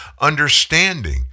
Understanding